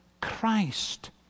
Christ